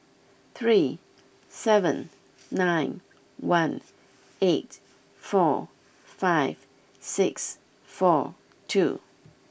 three seven nine one eight four five six four two